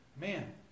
Man